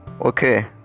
okay